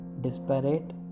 Disparate